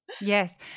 Yes